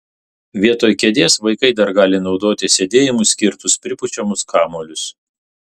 vietoj kėdės vaikai dar gali naudoti sėdėjimui skirtus pripučiamus kamuolius